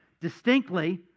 Distinctly